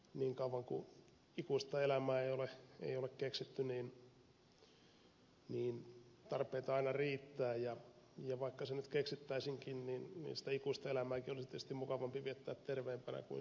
niin kauan kuin ikuista elämää ei ole keksitty tarpeita aina riittää ja vaikka se nyt keksittäisiinkin niin sitä ikuista elämääkin olisi tietysti mukavampi viettää terveempänä kuin sairaampana